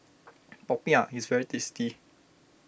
Popiah is very tasty